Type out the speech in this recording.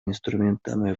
инструментами